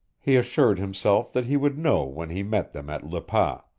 he assured himself that he would know when he met them at le pas.